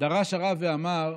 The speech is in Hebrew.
דרש הרב ואמר,